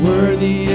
Worthy